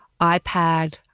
iPad